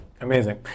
Amazing